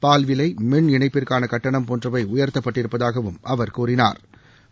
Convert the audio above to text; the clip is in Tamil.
பால் விலை மின் இணைப்பிற்கான கட்டணம் போன்றவை உயர்த்தப்பட்டிருப்பதாகவும் அவர் கூறினா்